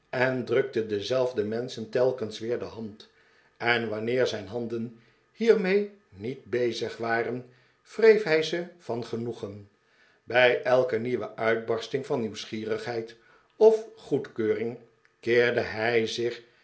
en drukte dezelfde menschen telkens weer de hand en wanneer zijn handen hiermee niet bezig waren wreef hij ze van genoegen bij elke nieuwe uitbarsting van nieuwsgierigheid of goedkeuring keerde hij zich